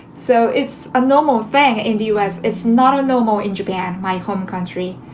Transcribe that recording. so it's a normal thing in the u s. it's not a normal in japan, my home country.